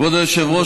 כבוד היושב-ראש,